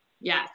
Yes